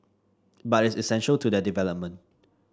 but it's essential to their development